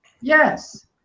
Yes